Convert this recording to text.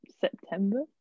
September